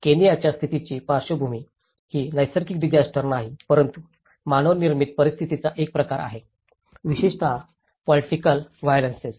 केनियाच्या स्थितीची पार्श्वभूमी ही नैसर्गिक डिसास्टर नाही परंतु मानवनिर्मित परिस्थितींचा एक प्रकार आहे विशेषतः पोलिटिकल व्हीओलेन्स